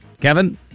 Kevin